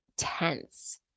tense